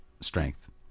strength